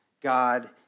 God